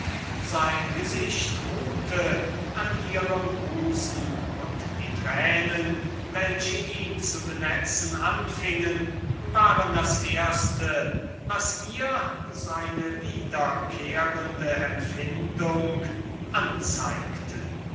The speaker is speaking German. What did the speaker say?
sein gesicht ruhte an ihrem busen und die tränen welche ihn zu benetzen anfingen waren das erste was ihr seine wiederkehrende empfindung anzeigte